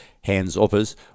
hands-offers